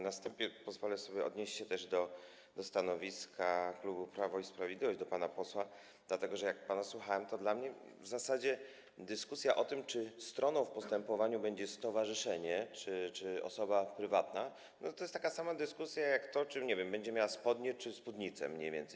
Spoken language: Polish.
Na wstępie pozwolę sobie też odnieść się do stanowiska klubu Prawo i Sprawiedliwość, do pana posła, dlatego że jak pana słuchałem, to dla mnie w zasadzie dyskusja o tym, czy stroną w postępowaniu będzie stowarzyszenie, czy osoba prywatna, to jest taka sama dyskusja, jak to, czy, nie wiem, będzie miała spodnie czy spódnicę, mniej więcej.